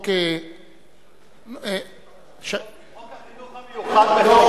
חוק חינוך מיוחד,